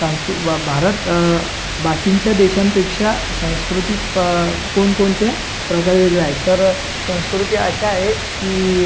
सांस्कु बा भारत बाकींच्या देशांपेक्षा संस्कृती प कोणकोणत्या प्रकारे वेगळ्या आहे तर संस्कृती अशा आहे की